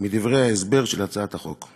מדברי ההסבר של הצעת החוק: